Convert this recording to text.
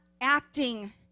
acting